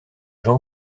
jean